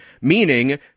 meaning